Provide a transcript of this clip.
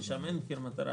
ששם אין מחיר מטרה,